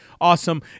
awesome